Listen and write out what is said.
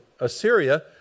Assyria